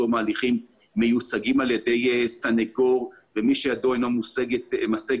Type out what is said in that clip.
תום הליכים מיוצגים על ידי סניגור ומי שידו אינה משגת,